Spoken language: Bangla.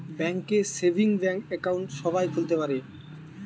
ব্যাঙ্ক এ সেভিংস ব্যাঙ্ক একাউন্ট সবাই খুলতে পারে